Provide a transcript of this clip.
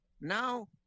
now